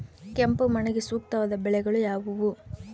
ಕೆಂಪು ಮಣ್ಣಿಗೆ ಸೂಕ್ತವಾದ ಬೆಳೆಗಳು ಯಾವುವು?